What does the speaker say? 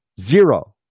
Zero